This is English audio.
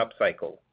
upcycle